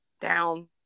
down